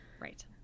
right